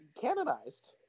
canonized